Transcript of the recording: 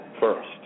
first